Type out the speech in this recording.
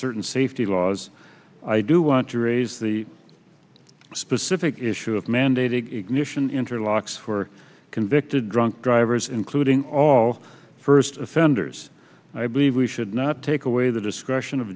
certain safety laws i do want to raise the specific issue of mandated ignition interlock for convicted drunk drivers including all first offenders i believe we should not take away the discretion of